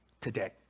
today